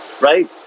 right